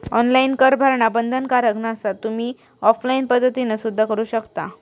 online कर भरणा बंधनकारक नसा, तुम्ही ऑफलाइन पद्धतीना सुद्धा करू शकता